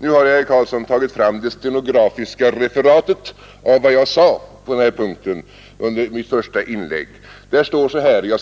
Nu har jag, herr Karlsson, tagit fram det stenografiska referat av vad jag sade på den här punkten i mitt första inlägg. Där står så här: